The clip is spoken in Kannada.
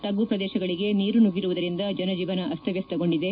ತಗ್ಗು ಪ್ರದೇಶಗಳಿಗೆ ನೀರು ನುಗ್ಗಿರುವುದರಿಂದ ಜನಜೀವನ ಅಸ್ತವ್ವಸ್ಥಗೊಂಡಿದೆ